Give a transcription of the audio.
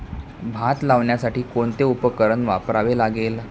भात लावण्यासाठी कोणते उपकरण वापरावे लागेल?